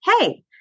hey